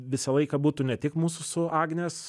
visą laiką būtų ne tik mūsų su agnės